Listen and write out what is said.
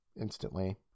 instantly